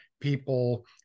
People